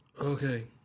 Okay